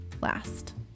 last